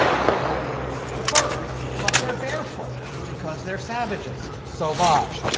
so they're wearing furs. but they're barefoot because they're savages sauvage.